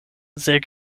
sehr